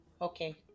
okay